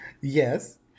Yes